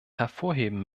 hervorheben